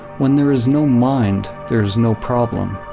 when there is no mind there's no problem,